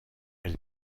elle